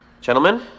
gentlemen